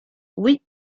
oui